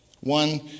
One